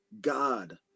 God